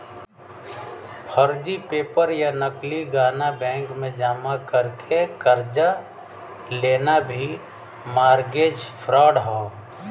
फर्जी पेपर या नकली गहना बैंक में जमा करके कर्जा लेना भी मारगेज फ्राड हौ